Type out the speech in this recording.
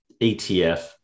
ETF